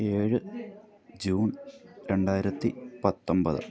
ഏഴ് ജൂൺ രണ്ടായിരത്തി പത്തൊമ്പത്